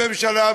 הממשלה,